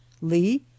Lee